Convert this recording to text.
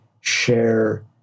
share